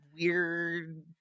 weird